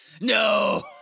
No